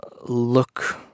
look